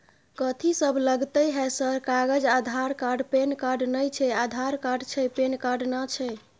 कथि सब लगतै है सर कागज आधार कार्ड पैन कार्ड नए छै आधार कार्ड छै पैन कार्ड ना छै?